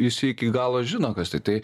visi iki galo žino kas tai tai